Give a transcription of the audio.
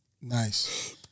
Nice